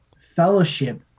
fellowship